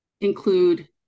include